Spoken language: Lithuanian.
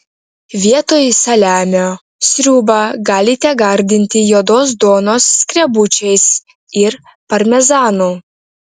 vietoj saliamio sriubą galite gardinti juodos duonos skrebučiais ir parmezanu